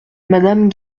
madame